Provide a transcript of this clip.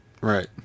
Right